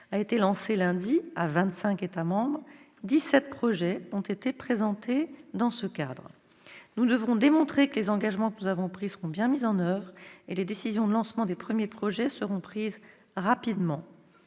États membres. Au total, dix-sept projets ont été présentés dans ce cadre. Nous devrons démontrer que les engagements que nous avons pris seront bien mis en oeuvre, et les décisions de lancement des premiers projets seront prises rapidement.